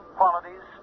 qualities